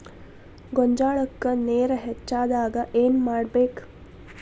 ಗೊಂಜಾಳಕ್ಕ ನೇರ ಹೆಚ್ಚಾದಾಗ ಏನ್ ಮಾಡಬೇಕ್?